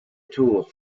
tour